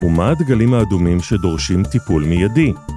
ומה הדגלים האדומים שדורשים טיפול מידי